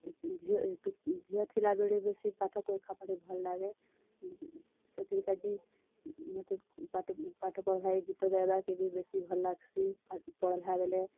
ଏ ଝିଅ ଟୁ ଝିଅ ଥିଲା ବେଳେ ବେଶୀ ପାଠକୁ ଏକା ଭଲ୍ ଲାଗେ ସେଥିର୍ କାଜି ମୋତେ ପାଠ୍ ପାଠ୍ ପଢ଼୍ବାକେ ଗୀତ ଗାଇବାକେ ବି ବେଶୀ ଭଲ୍ ଲାଗ୍ସି ଆର୍ ପଢ଼୍ଲା ବେଲେ